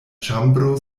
ĉambro